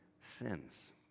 sins